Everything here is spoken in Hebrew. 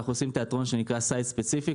אנחנו עושים תיאטרון שנקרא Site specific: